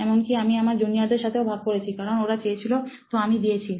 এমনকি আমি আমার জুনিয়র দের সাথেও ভাগ করেছি কারণ ওরা চেয়েছিল তো আমি দিয়েছি